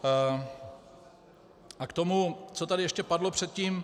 A k tomu, co tady ještě padlo předtím.